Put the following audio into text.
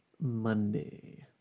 Monday